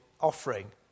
offering